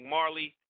Marley